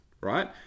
right